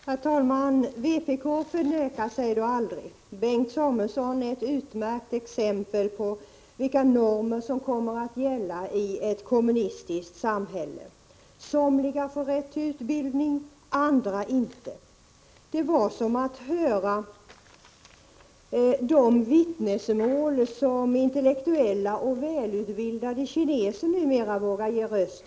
Herr talman! Vpk förnekar sig då aldrig. Björn Samuelson ger ett utmärkt exempel på vilka normer som kommer att gälla i ett kommunistiskt samhälle. Somliga får rätt till utbildning, andra inte. Det var som att höra de vittnesmål som intellektuella och välutbildade kineser numera vågar ge uttryck åt.